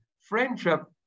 friendship